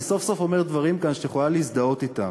אני סוף-סוף אומר כאן דברים שאת יכולה להזדהות אתם.